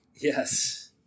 Yes